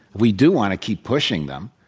we do want to keep pushing them.